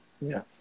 Yes